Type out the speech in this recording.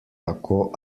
tako